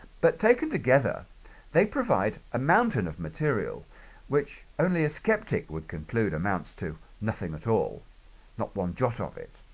but taken together they provide a mountain of material which only a skeptic would conclude amounts to nothing at all not one jot of it?